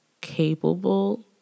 capable